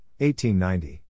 1890